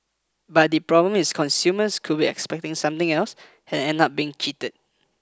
but the problem is consumers could be expecting something else and end up being cheated